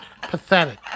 Pathetic